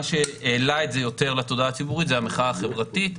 מה שהעלה את זה יותר לתודעה הציבורית זה המחאה החברתית,